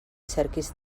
cerquis